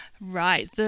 Right